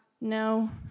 no